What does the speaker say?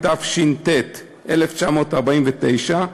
התש"ט 1949,